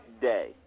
day